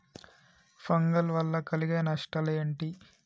Fungal వల్ల కలిగే నష్టలేంటి?